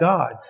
God